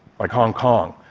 like hong kong,